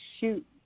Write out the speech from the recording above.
shoot